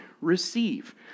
receive